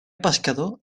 pescador